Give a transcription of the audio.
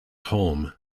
home